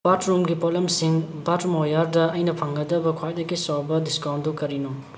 ꯕꯥꯊꯔꯨꯝꯒꯤ ꯄꯣꯠꯂꯝꯁꯤꯡ ꯕꯥꯊꯔꯨꯝ ꯋꯦꯌꯔꯗ ꯑꯩꯅ ꯐꯪꯒꯗꯕ ꯈ꯭ꯋꯥꯏꯗꯒꯤ ꯆꯥꯎꯕ ꯗꯤꯁꯀꯥꯎꯟꯗꯨ ꯀꯔꯤꯅꯣ